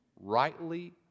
rightly